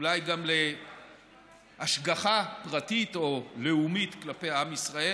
אולי גם להשגחה פרטית או לאומית כלפי עם ישראל,